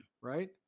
right